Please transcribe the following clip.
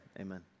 amen